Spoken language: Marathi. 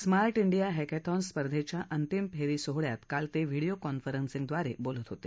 स्मार्ट डिया हॅकेथॉन स्पर्धेच्या अंतिम फेरी सोहळयात काल ते व्हीडीओ कॉन्फरन्सिंगद्वारे बोलत होते